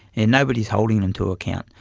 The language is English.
and nobody is holding them to account.